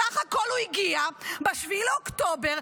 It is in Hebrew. בסך הכול הוא הגיע ב-7 באוקטובר,